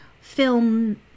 film